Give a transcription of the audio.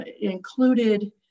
included